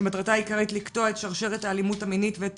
שמטרתה העיקרית היא לקטוע את שרשרת האלימות המינית ואת